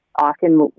Often